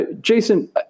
Jason